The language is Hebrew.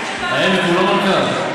אני, חבר הכנסת רוזנטל,